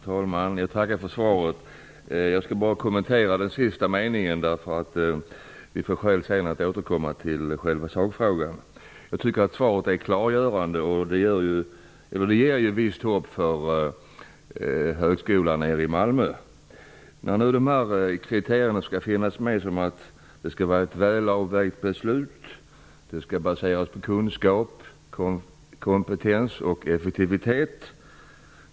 Fru talman! Jag tackar för svaret. Jag skall bara kommentera den sista meningen. Vi får skäl att återkomma till själva sakfrågan. Jag tycker att svaret är klargörande. Det ger visst hopp för högskolan i Malmö. Beslutet skall vara välavvägt, och utbildningen skall baseras på kunskap, kompetens och effektivitet.